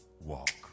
walk